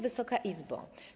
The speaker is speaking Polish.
Wysoka Izbo!